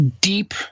deep